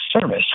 service